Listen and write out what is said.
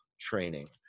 training